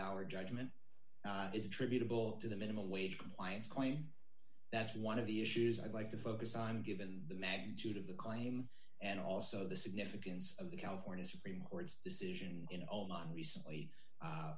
dollars judgment is attributable to the minimum wage compliance claim that's one of the issues i'd like to focus on given the magnitude of the claim and also the significance of the california supreme court's decision you know not recently